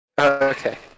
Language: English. Okay